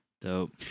Dope